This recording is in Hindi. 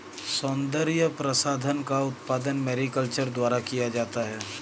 सौन्दर्य प्रसाधन का उत्पादन मैरीकल्चर द्वारा किया जाता है